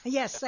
Yes